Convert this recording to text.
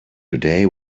today